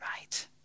right